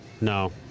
No